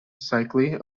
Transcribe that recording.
cicely